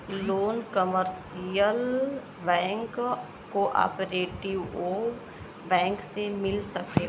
loan commercial bank cooperative bank से मिल सकेला